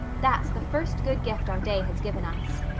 that's the first good gift our day has given us.